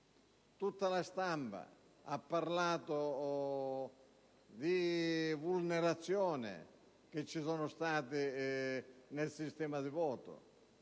Tutta la stampa ha parlato di *vulnus* che ci sono stati nel sistema di voto